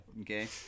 Okay